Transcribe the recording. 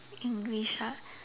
English ah